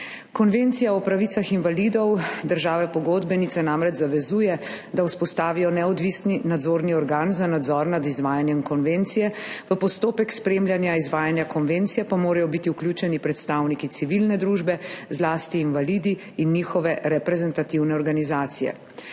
Konvencija o pravicah invalidov države pogodbenice namreč zavezuje, da vzpostavijo neodvisni nadzorni organ za nadzor nad izvajanjem konvencije, v postopek spremljanja izvajanja konvencije pa morajo biti vključeni predstavniki civilne družbe, zlasti invalidi in njihove reprezentativne organizacije.